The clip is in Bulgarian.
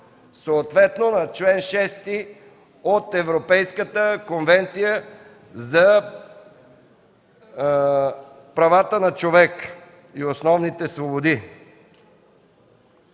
съответно на чл. 6 от Европейската конвенция за правата на човека и основните свободи.